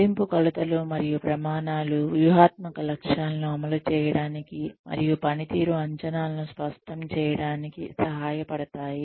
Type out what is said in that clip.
మదింపు కొలతలు మరియు ప్రమాణాలు వ్యూహాత్మక లక్ష్యాలను అమలు చేయడానికి మరియు పనితీరు అంచనాలను స్పష్టం చేయడానికి సహాయపడతాయి